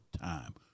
time